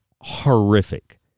horrific